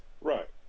Right